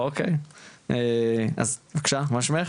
אוקיי, אז מה שמך?